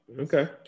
okay